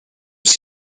was